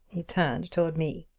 he turned toward me.